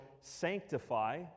sanctify